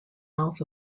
mouth